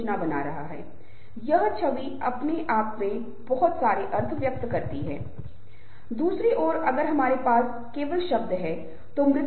यहाँ यह ध्यान दिया जा सकता है कि स्थायी समूहों के लिए उपर्युक्त समूह विकास के यह चार चरण केवल विचारोत्तेजक हैं